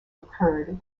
occurred